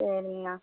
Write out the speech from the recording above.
சரிங்கண்ணா